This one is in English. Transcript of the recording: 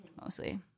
mostly